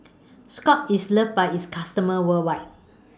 Scott's IS loved By its customers worldwide